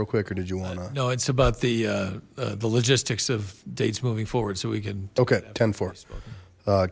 real quick or did you wanna know it's about the logistics of dates moving forward so we can okay ten four